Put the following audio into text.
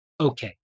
Okay